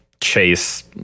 chase